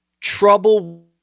trouble